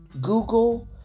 Google